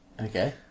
Okay